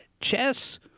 chess